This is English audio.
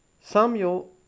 Samuel